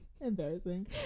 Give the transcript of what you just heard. embarrassing